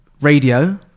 radio